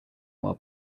while